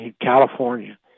California